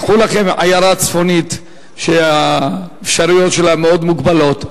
קחו לכם עיירה צפונית שהאפשרויות שלה מאוד מוגבלות,